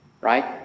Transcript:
Right